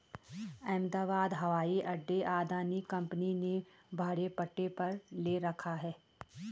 अहमदाबाद हवाई अड्डा अदानी कंपनी ने भाड़े पट्टे पर ले रखा है